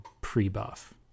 pre-buff